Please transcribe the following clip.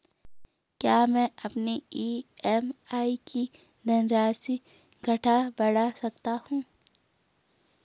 क्या मैं अपनी ई.एम.आई की धनराशि घटा बढ़ा सकता हूँ?